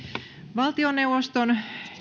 valtioneuvoston